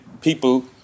people